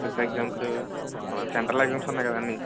SSC exams మన central exams ఉన్నాయి కదండి